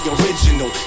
original